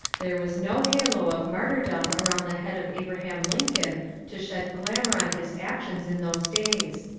there was no halo of martyrdom around the head of abraham lincoln to shed glamour on his actions in those days.